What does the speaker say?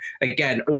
again